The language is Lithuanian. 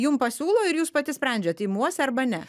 jum pasiūlo ir jūs pati sprendžiat imuosi arba ne